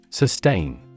Sustain